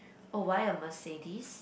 oh why a Mercedes